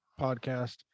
Podcast